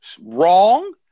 wrong